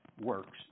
works